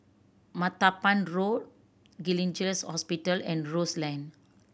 Martaban Road Gleneagles Hospital and Rose Lane